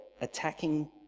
attacking